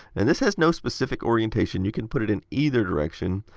and this has no specific orientation, you can put it in either direction.